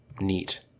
neat